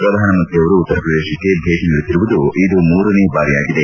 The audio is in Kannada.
ಪ್ರಧಾನಮಂತ್ರಿಯವರು ಉತ್ತರಪ್ರದೇಶಕ್ಕೆ ಭೇಟ ನೀಡುತ್ಗಿರುವುದು ಇದು ಮೂರನೇ ಬಾರಿಯಾಗಿದೆ